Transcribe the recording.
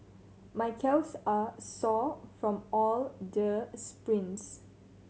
my calves are sore from all the sprints